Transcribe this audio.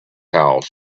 house